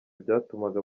byatumaga